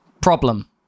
problem